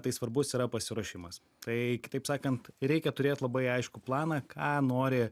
tai svarbus yra pasiruošimas tai kitaip sakant reikia turėt labai aiškų planą ką nori